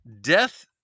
death